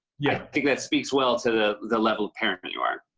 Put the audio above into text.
yeah think that speaks well to the level of parent but you are.